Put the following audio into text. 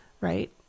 right